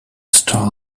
star